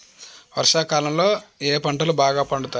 వర్షాకాలంలో ఏ పంటలు బాగా పండుతాయి?